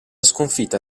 sconfitta